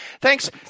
thanks